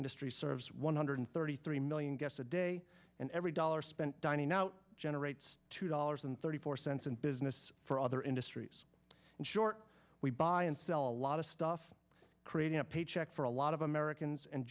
industry serves one hundred thirty three million guests a day and every dollar spent dining out generates two dollars and thirty four cents in business for other industries in short we buy and sell a lot of stuff creating a paycheck for a lot of americans and